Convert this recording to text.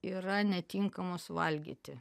yra netinkamos valgyti